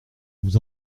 vous